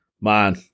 man